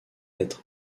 être